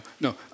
no